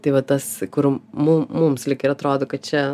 tai va tas kur mum mums lyg ir atrodo kad čia